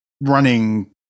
running